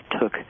took